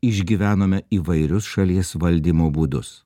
išgyvenome įvairius šalies valdymo būdus